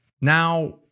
Now